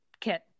kit